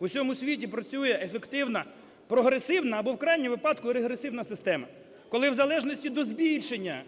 усьому світі працює ефективна, прогресивна або в крайньому випадку регресивна система, коли в залежності до збільшення